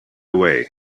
away